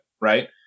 Right